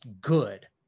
good